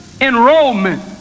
enrollment